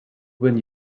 when